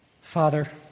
Father